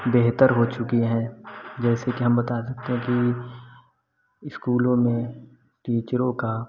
बेहतर हो चुके हैं जैसे कि हम बात सकते हैं कि इस्कूलों में टीचरों का